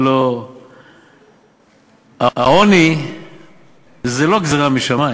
הלוא העוני הוא לא גזירה משמים.